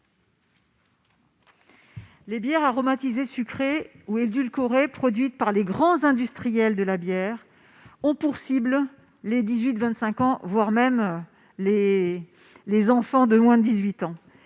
Les bières aromatisées sucrées ou édulcorées produites par les grands industriels de la bière ont pour cible les 18-25 ans, voire les enfants de moins de 18 ans.